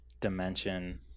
dimension